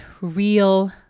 real